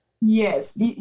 Yes